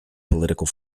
political